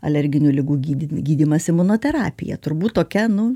alerginių ligų gyd gydymas imunoterapija turbūt tokia na